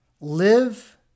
Live